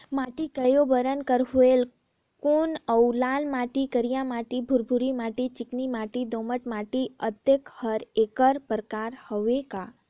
माटी कये बरन के होयल कौन अउ लाल माटी, करिया माटी, भुरभुरी माटी, चिकनी माटी, दोमट माटी, अतेक हर एकर प्रकार हवे का?